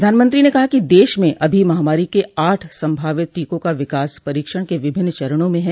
प्रधानमंत्री ने कहा कि देश में अभी महामारी के आठ सभावित टीकों का विकास परीक्षण के विभिन्न चरणों में है